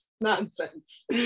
nonsense